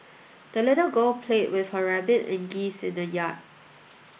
the little girl played with her rabbit and geese in the yard